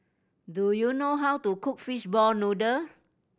do you know how to cook fishball noodle